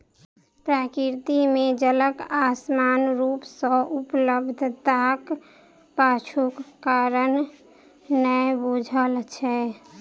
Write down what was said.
प्रकृति मे जलक असमान रूप सॅ उपलब्धताक पाछूक कारण नै बूझल छै